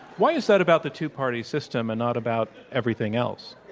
why is that about the two-party system and not about everything else?